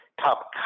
top